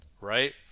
right